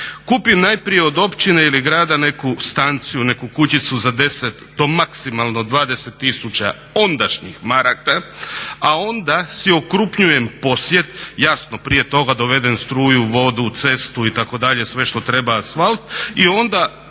Kupi najprije od općine ili grada neku stanciju, neku kućicu za 10 do maksimalno 20 tisuća ondašnjih maraka, a onda si okrupnjujem posjed, jasno prije toga dovedem struju, vodu, cestu itd. sve što treba asfalt i onda